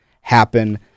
happen